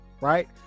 right